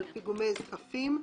על פיגומי זקפים.